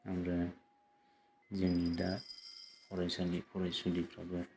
ओमफ्राय जोंनि दा फरायसुला फरायसुलिफ्राबो